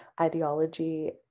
ideology